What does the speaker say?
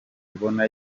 kubona